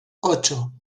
ocho